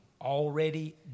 already